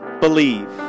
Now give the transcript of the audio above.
Believe